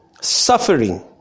suffering